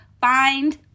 find